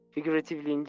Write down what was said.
Figuratively